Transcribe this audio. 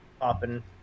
popping